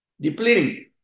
depleting